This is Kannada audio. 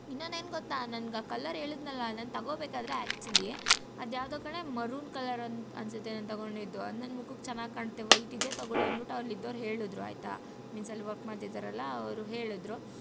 ಇನ್ನೊಂದು ಏನು ಗೊತ್ತಾ ನನ್ಗೆ ಆ ಕಲ್ಲರ್ ಹೇಳದ್ನಲ್ಲ ನಾನು ತಗೊಬೇಕಾದರೆ ಆ್ಯಕ್ಚುಲಿ ಅದು ಯಾವ್ದೋ ಕಣೇ ಮರುನ್ ಕಲರ್ ಅಂತ ಅನಿಸುತ್ತೆ ನಾನು ತಗೊಂಡಿದ್ದು ಅದು ನನ್ನ ಮುಖಕ್ಕೆ ಚೆನ್ನಾಗಿ ಕಾಣುತ್ತೆ ವೈಟ್ ಇದೆಯಾ ತಗೊಳ್ಳಿ ಅಂದ್ಬಿಟ್ ಅಲ್ಲಿದ್ದವ್ರು ಹೇಳಿದ್ರು ಆಯಿತಾ ಮೀನ್ಸ್ ಅಲ್ಲಿ ವರ್ಕ್ ಮಾಡ್ತಿದಾರಲ್ಲಾ ಅವರು ಹೇಳಿದ್ರು